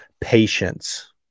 patience